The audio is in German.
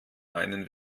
einen